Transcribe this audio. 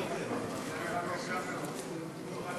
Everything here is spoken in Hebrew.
אני רוצה חמש שניות יותר.